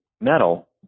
metal